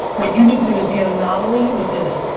what you need to is be an anomaly within it.